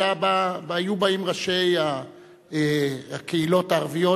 היו באים ראשי הקהילות הערביות,